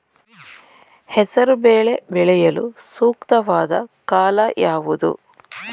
ಹೆಸರು ಬೇಳೆ ಬೆಳೆಯಲು ಸೂಕ್ತವಾದ ಕಾಲ ಯಾವುದು?